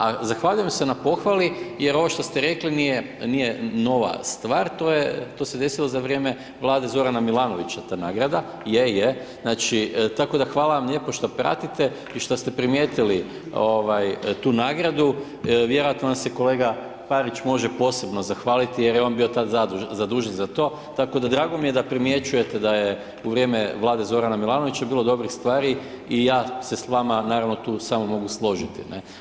A zahvaljujem se na pohvali jer ovo što ste rekli nije nova stvar, to se desilo za vrijeme vlade Zorana Milanovića, ta nagrada, je, je, znači tako da hvala vam lijepo što pratite i što ste primijetili tu nagradu, vjerojatno vam se kolega Pavić može posebno zahvaliti jer je on bio tad zadužen za to, tako da drago mi je da primjećujete da je u vrijeme vlade Zorana Milanovića bilo dobrih stvari i ja se s vama naravno tu mogu samo složiti, ne?